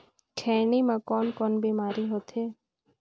खैनी म कौन कौन बीमारी होथे?